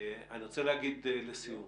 אני רוצה לומר לסיום.